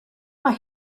mae